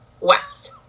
west